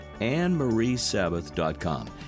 annemariesabbath.com